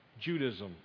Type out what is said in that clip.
Judaism